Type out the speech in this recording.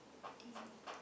eighteen